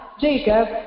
Jacob